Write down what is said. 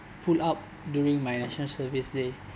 pull up during my national service day